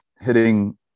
hitting